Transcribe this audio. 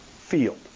field